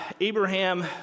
Abraham